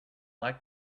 like